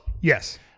yes